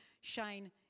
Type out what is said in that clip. Shane